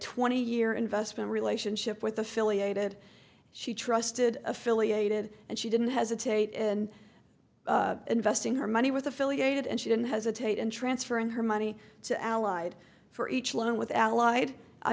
twenty year investment relationship with affiliated she trusted affiliated and she didn't hesitate in investing her money with affiliated and she didn't hesitate and transfer in her money to allied for each loan with allied i